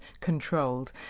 controlled